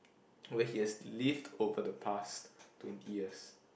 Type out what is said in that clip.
where he has lived over the past twenty years